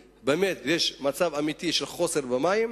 ומצד אחד יש מצב אמיתי של חוסר במים,